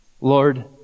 Lord